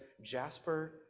Jasper